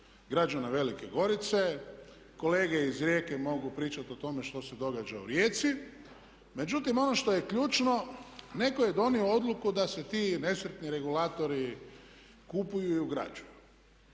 građana Velike Gorice, kolege iz Rijeke mogu pričati o tome što se događa u Rijeci. Međutim, ono što je ključno netko je donio odluku da se ti nesretni regulatori kupuju i ugrađuju.